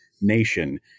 nation